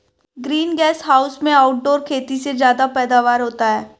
green gas house में outdoor खेती से ज्यादा पैदावार होता है